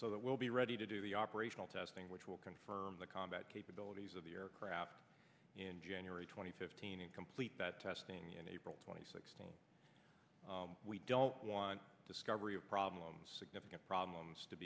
so that we'll be ready to do the operational testing which will confirm the combat capabilities of the aircraft in january twenty fifth meaning complete that testing in april twenty sixth we don't want discovery of problems significant problems to